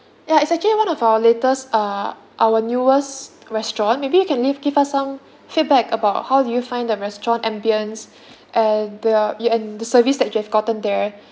ya it's actually one of our latest uh our newest restaurant maybe you can leave give us some feedback about how did you find the restaurant ambience and there are you and the service that you have gotten there